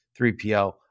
3PL